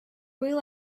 will